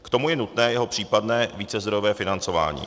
K tomu je nutné jeho případné vícezdrojové financování.